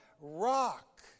Rock